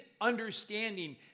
understanding